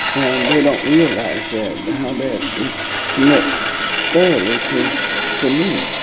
and they don't realize that, how that it connects thoroughly to to me.